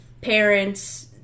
parents